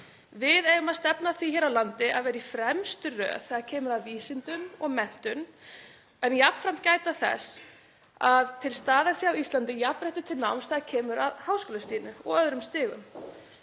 Við eigum að stefna að því hér á landi að vera í fremstu röð þegar kemur að vísindum og menntun en jafnframt gæta þess að til staðar sé á Íslandi jafnrétti til náms þegar kemur að háskólastiginu og öðrum stigum.